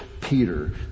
peter